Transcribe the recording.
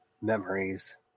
memories